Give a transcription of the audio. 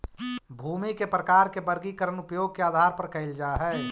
भूमि के प्रकार के वर्गीकरण उपयोग के आधार पर कैल जा हइ